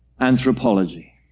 anthropology